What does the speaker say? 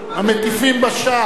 המטיפים בשער.